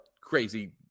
Crazy